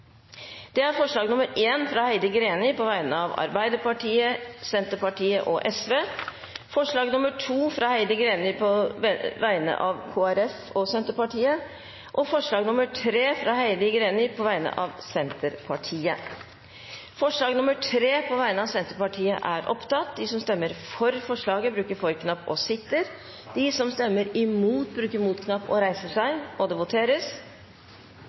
alt tre forslag. Det er forslag nr. 1, fra Heidi Greni på vegne av Arbeiderpartiet, Senterpartiet og Sosialistisk Venstreparti forslag nr. 2, fra Heidi Greni på vegne av Kristelig Folkeparti og Senterpartiet forslag nr. 3, fra Heidi Greni på vegne av Senterpartiet Det voteres